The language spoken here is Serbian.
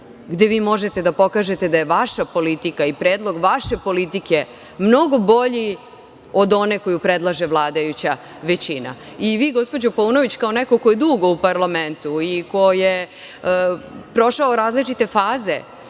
gde vi možete da pokažete da je vaša politika i predlog vaše politike mnogo bolji od one koji predlaže vladajuća većina. Vi, gospođo Paunović, kao neko ko je dugo u parlamentu i ko je prošao različite faze